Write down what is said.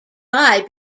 die